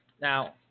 Now